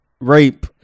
Rape